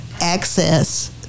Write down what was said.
access